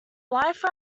life